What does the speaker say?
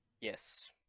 Yes